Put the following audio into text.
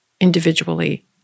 individually